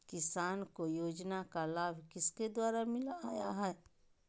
किसान को योजना का लाभ किसके द्वारा मिलाया है?